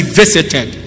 visited